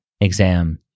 exam